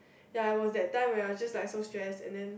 ya it was that time when I was just like so stressed and then